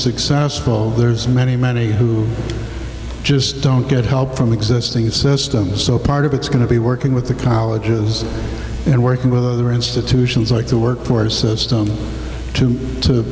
successful there's many many who just don't get help from the existing system so part of it's going to be working with the colleges and working with other institutions like the workforce system to to